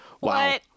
wow